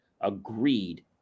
agreed